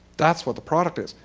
that's what the product is.